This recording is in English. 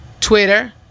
Twitter